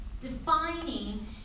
defining